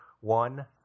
One